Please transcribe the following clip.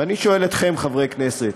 ואני שואל אתכם, חברי הכנסת: